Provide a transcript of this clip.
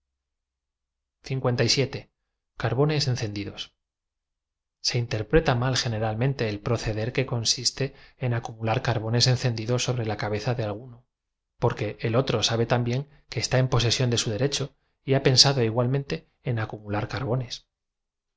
carbones encendidos se interpreta m al geaeralm ente el proceder que consiste en acumular carbones encendidos sobre la cabeza de alguno porque el otro sabe también que está en posesión de su derecho y ha pensado ig u a l mente en acumular